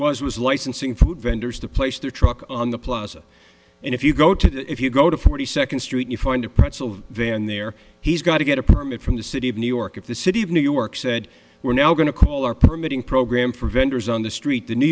was was licensing food vendors to place their truck on the plaza and if you go to the if you go to forty second street you find a pretzel van there he's got to get a permit from the city of new york if the city of new york said we're now going to call our permitting program for vendors on the street the new